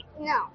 No